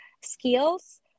skills